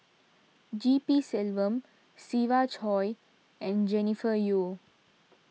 G P Selvam Siva Choy and Jennifer Yeo